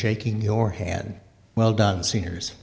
shaking your hand well done seniors